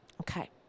Okay